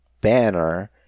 Banner